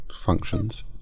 functions